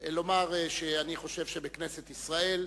אני מבקש לומר שאני חושב שבכנסת ישראל,